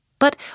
But